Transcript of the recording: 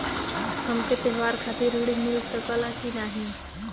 हमके त्योहार खातिर त्रण मिल सकला कि ना?